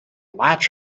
latch